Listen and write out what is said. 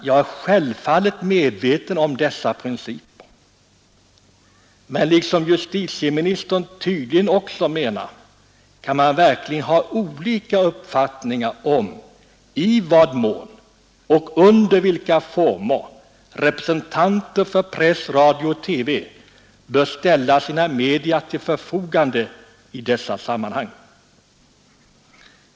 Jag är självfallet medveten om dessa principer, men liksom justitieministern tydligen också menar kan man verkligen ha olika uppfattningar om i vad mån och under vilka former representanter för press, radio och TV bör ställa sina media till förfogande i dessa sammanhang.